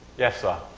yes sir.